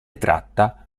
tratta